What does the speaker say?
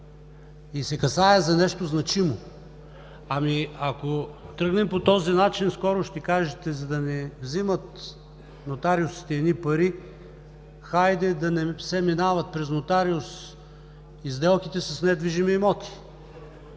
и се касае за нещо значимо. Ако тръгнем по този начин, скоро ще кажете: „за да не взимат нотариусите едни пари, хайде да не минават през нотариус и сделките с недвижими имоти“.